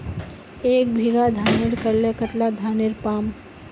एक बीघा धानेर करले कतला धानेर पाम?